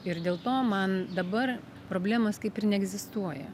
ir dėl to man dabar problemos kaip ir neegzistuoja